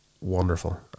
Wonderful